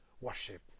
worship